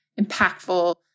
impactful